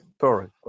Sorry